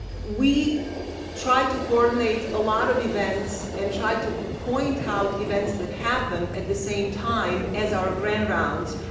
we tried to coordinate a lot of events and tried to point out events that happened at the same time as our grand rounds.